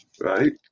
right